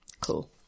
Cool